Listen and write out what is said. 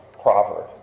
proverb